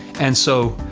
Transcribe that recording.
and so,